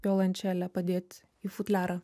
violončelę padėt į futliarą